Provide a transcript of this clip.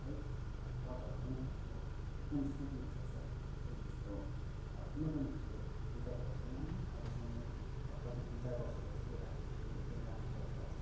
है टचहरू पनि अब एकदम स्मुथली हुँदो रहेछ एकदम त्यसको कुनै पनि त्यसको डिफेक्टहरू छैन है अहिलेसम्म पनि कति तिन चार वर्ष भइसक्यो अहिलेसम्म पनि एकदमै राम्रो चलिरहेछ